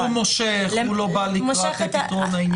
הוא מושך, הוא לא בא לקראת פתרון העניין.